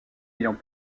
ayant